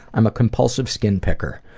i'm a compulsive skin picker.